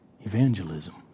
evangelism